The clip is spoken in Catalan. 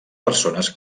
persones